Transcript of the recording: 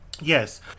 Yes